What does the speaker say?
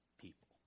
people